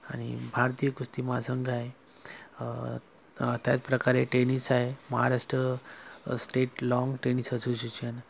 आणि भारतीय कुस्ती महासंघ आहे त त्याचप्रकारे टेनिस आहे Maharashtra state lawn tennis association